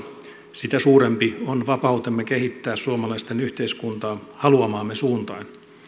sitä suurempi on vapautemme kehittää suomalaisten yhteiskuntaa haluamaamme suuntaan